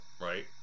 right